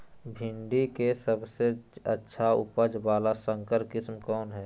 भिंडी के सबसे अच्छा उपज वाला संकर किस्म कौन है?